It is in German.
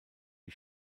die